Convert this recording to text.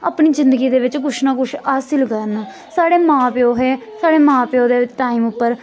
अपनी जिंदगी दे बिच्च कुछ ना कुछ हासल करन साढ़े मां प्यो हे साढ़े मां प्यो दे टाइम उप्पर